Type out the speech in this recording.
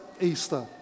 Easter